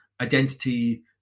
identity